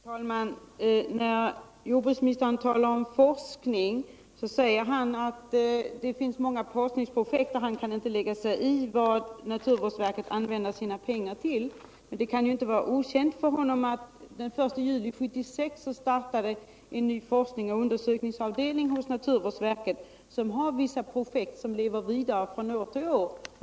Herr talman! När jordbruksministern talar om forskning säger han att det finns många forskningsprojekt, och han kan inte lägga sig i vad naturvårdsverket använder sina pengar till. Men det kan inte vara okänt för honom att den 1 juli 1976 startade en ny forskningsoch undersökningsavdelning hos naturvårdsverket, som har vissa projekt som lever vidare från år till år.